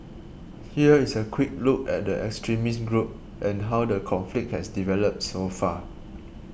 here is a quick look at the extremist group and how the conflict has developed so far